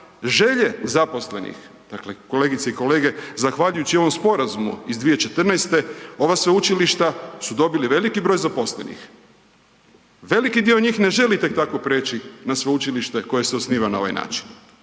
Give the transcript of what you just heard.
želje zaposlenih. Dakle, kolegice i kolege zahvaljujući ovom sporazumu iz 2014. ova sveučilišta su dobila veliki broj zaposlenih, veliki dio njih ne želi tek tako preći na sveučilište koje se osniva na ovaj način